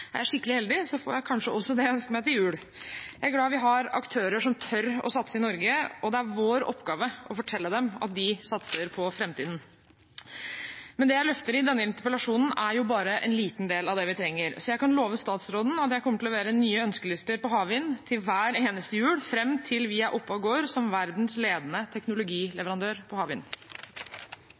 jeg skikkelig heldig, får jeg kanskje også det jeg ønsker meg til jul. Jeg er glad for at vi har aktører som tør å satse i Norge, og det er vår oppgave å fortelle dem at de satser på framtiden. Det jeg løfter i denne interpellasjonen, er bare en liten del av det vi trenger, så jeg kan love statsråden at jeg kommer til å levere nye ønskelister for havvind hver eneste jul fram til vi er oppe og går som verdens ledende teknologileverandør på havvind.